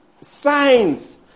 signs